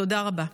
תודה רבה.